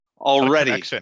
Already